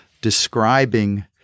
describing